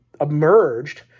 emerged